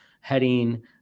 heading